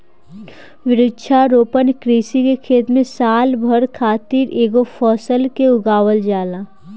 वृक्षारोपण कृषि के खेत में साल भर खातिर एकेगो फसल के उगावल जाला